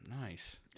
Nice